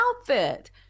outfit